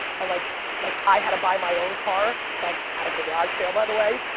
and like like i had to buy my own car like at a garage sale, by the way,